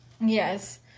yes